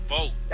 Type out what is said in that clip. Vote